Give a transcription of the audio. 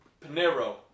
Panero